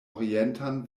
orientan